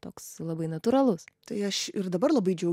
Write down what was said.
toks labai natūralus